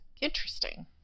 interesting